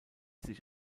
sich